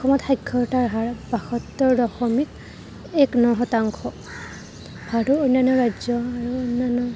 অসমত সাক্ষৰতাৰ হাৰ বাসত্তৰ দশমিক এক ন শতাংশ আৰু ভাৰতৰ অন্য়ান্য় ৰাজ্য় আৰু অন্য়ান্য়